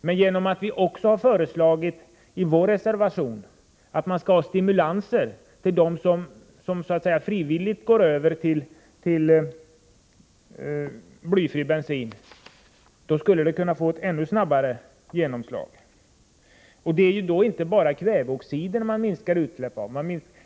Men genom att vi i vår reservation också har föreslagit stimulanser till dem som frivilligt går över till blyfri bensin, skulle man kunna få ett ännu snabbare genomslag. Inte bara kväveoxidutsläppen minskar i så fall.